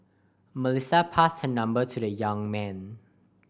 Melissa passed her number to the young man